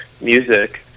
music